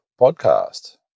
Podcast